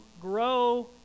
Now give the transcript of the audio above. grow